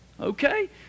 Okay